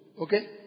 Okay